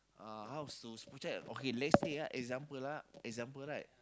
uh house to spot check okay let's say ah example ah example right